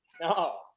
No